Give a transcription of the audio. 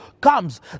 comes